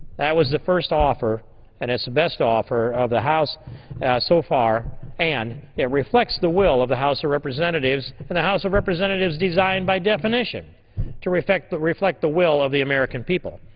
that was the first offer and it's the best offer of the house so far and it reflects the will of the house of representatives and the house of representatives designed by definition to reflect the reflect the will of the american people.